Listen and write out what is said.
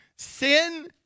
Sin